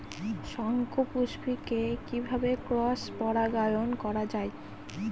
শঙ্খপুষ্পী কে কিভাবে ক্রস পরাগায়ন করা যায়?